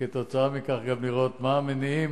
וכתוצאה מכך גם לראות מה המניעים,